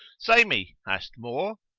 say me! hast more?